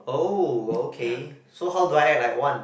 oh okay so how do I act like one